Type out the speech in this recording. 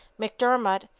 mcdermott,